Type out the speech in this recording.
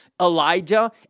Elijah